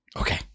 Okay